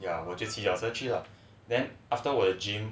ya 我就骑脚车去 lah then after 我的 gym